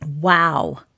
Wow